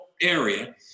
area